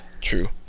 True